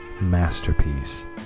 masterpiece